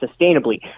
sustainably